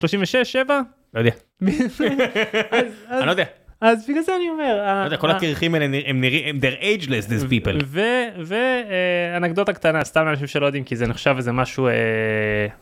36-7 אני לא יודע אז בגלל זה אני אומר, כל הקירחים האלה they're ageless these poeple, ואנקדוטה קטנה סתם משהו שלא יודעים כי זה נחשב איזה משהו.